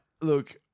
look